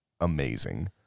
amazing